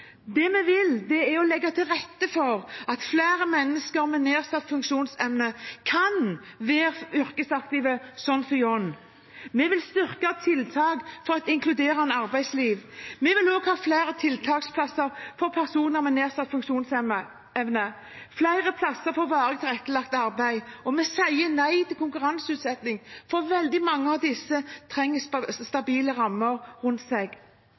Det vi vil, er å legge til rette for at flere mennesker med nedsatt funksjonsevne kan være yrkesaktive, slik som Jon. Vi vil styrke tiltakene for et inkluderende arbeidsliv. Vi vil også ha flere tiltaksplasser for personer med nedsatt funksjonsevne, flere plasser for varig tilrettelagt arbeid, og vi sier nei til konkurranseutsetting, for veldig mange av disse trenger stabile rammer rundt seg.